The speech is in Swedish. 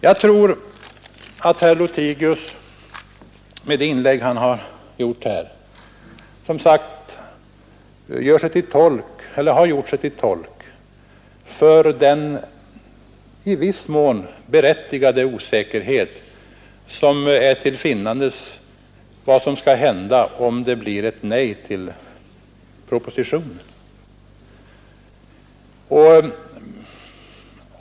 Jag tror att herr Lothigius med det inlägg han har gjort här har gjort sig till tolk för den i viss mån berättigade osäkerhet som är till finnandes beträffande vad som skall hända, om det blir ett nej till propositionen.